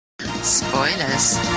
Spoilers